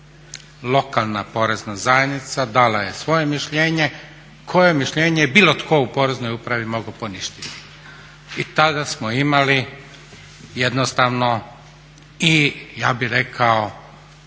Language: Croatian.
Lokalna porezna zajednica dala je svoje mišljenje koje mišljenje je bilo tko u Poreznoj upravi mogao poništiti i tada smo imali jednostavno i ja bih rekao